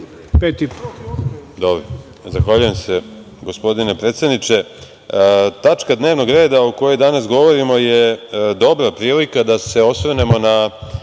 Zahvaljujem se, gospodine predsedniče. Tačka dnevnog reda o kojoj danas govorimo je dobra prilika da se osvrnemo na